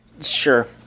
Sure